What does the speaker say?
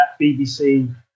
BBC